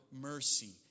mercy